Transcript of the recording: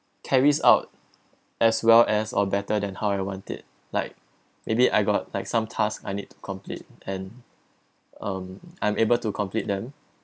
carries out as well as or better than how I wanted like maybe I got like some task I need to complete and um I'm able to complete them